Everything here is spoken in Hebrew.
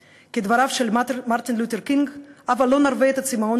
כדבריו של מרטין לותר קינג: הבה לא נרווה את הצימאון